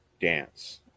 dance